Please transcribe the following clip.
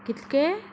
कितके